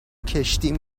کشتیم